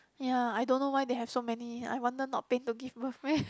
ya I don't know why they have so many I wonder not pain to give birth meh